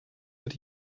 that